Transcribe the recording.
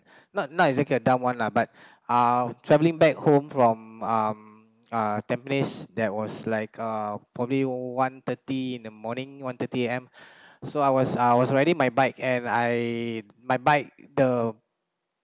not nice like a dumb [one] lah but uh travelling back home from um uh tampines that was like uh probably one thirty in the morning one thirty A_M so I was I was riding my bike and I my bike the